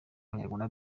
abanyarwanda